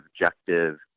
objective